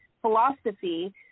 philosophy